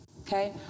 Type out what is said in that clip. okay